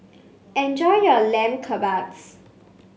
enjoy your Lamb Kebabs